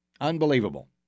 Unbelievable